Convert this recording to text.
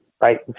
right